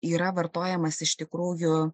yra vartojamas iš tikrųjų